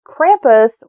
Krampus